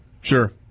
Sure